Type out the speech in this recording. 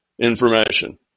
information